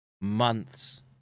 months